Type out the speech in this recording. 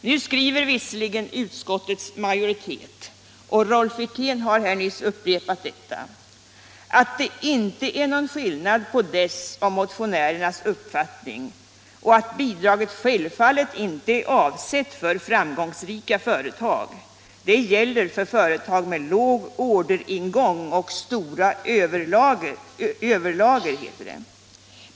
Nu skriver visserligen utskottets majoritet, och Rolf Wirtén har här nyss upprepat det, att det inte är någon skillnad på dess och motionärernas uppfattning och att bidragen självfallet inte är avsedda för framgångsrika företag utan gäller företag med låg orderingång och stora överlager.